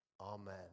Amen